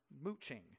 mooching